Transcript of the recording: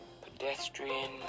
pedestrian